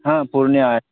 ہاں پورنیہ